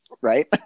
Right